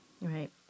Right